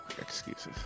excuses